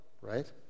right